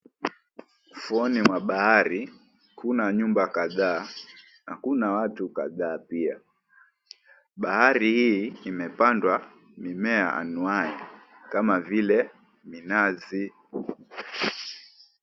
Ufuoni mwa bahari kuna nyumba kadhaa na kuna watu kadhaa pia, bahari hii imepandwa mimea anuwai kama vile minazi.